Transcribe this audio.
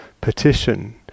petition